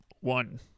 one